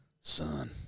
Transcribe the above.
Son